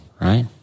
right